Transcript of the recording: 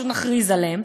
פשוט נכריז עליהם,